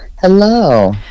Hello